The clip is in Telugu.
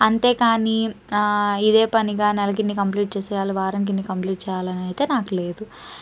అంతేకానీ ఇదే పనిగా నెలకిన్ని కంప్లీట్ చేసేయాలి వారానికిన్ని కంప్లీట్ చేయాలని అయితే నాకు లేదు